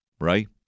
right